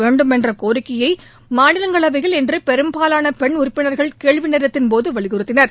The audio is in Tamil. வேண்டுமென்ற கோரிக்கையை மாநிலங்களவையில் இன்று பெரும்பாவான பெண் உறுப்பினர்கள் கேள்வி நேரத்தின் போது வலியுறுத்தினர்